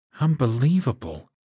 Unbelievable